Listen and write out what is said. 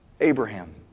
Abraham